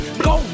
go